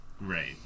right